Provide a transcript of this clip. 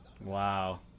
Wow